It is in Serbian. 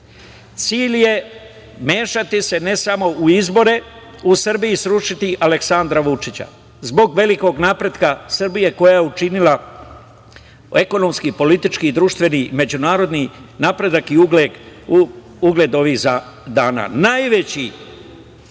toga. Cilj je mešati se, ne samo u izbore, u Srbiji srušiti Aleksandra Vučića zbog velikog napretka Srbije, koja je učinila, ekonomski, politički i društveni međunarodni napredak i ugled ovih